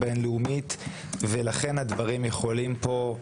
כלכלנים בכירים ובנקי השקעות בין-לאומיים מזהירים באופן